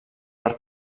per